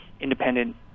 independent